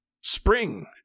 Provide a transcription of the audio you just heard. spring